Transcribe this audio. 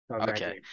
Okay